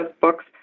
books